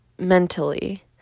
mentally